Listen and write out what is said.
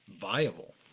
viable